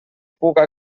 puga